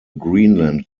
greenland